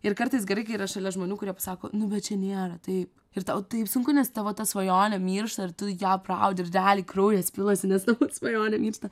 ir kartais gerai kai yra šalia žmonių kurie pasako nu bet čia nėra taip ir tau taip sunku nes tavo ta svajonė miršta ir tu ją apraudi ir realiai kraujas pilasi nes svajonė miršta